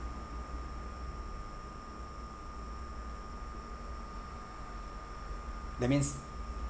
that means